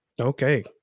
Okay